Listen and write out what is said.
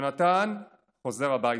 יונתן חוזר הביתה.